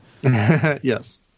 Yes